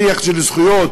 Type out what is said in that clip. שיח של זכויות,